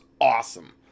awesome